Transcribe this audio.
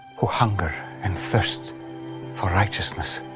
who hunger and thirst for righteousness,